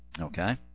Okay